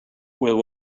will